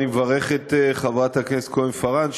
אני מברך את חברת הכנסת כהן-פארן,